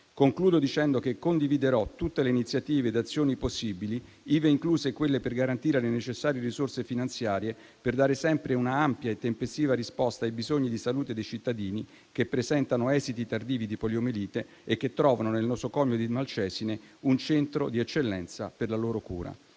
Concludo dicendo che condividerò tutte le iniziative e azioni possibili, ive incluse quelle per garantire le necessarie risorse finanziarie, per dare sempre un'ampia e tempestiva risposta ai bisogni di salute dei cittadini che presentano esiti tardivi di poliomielite e che trovano nel nosocomio di Malcesine un centro di eccellenza per la loro cura.